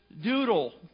doodle